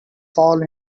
fall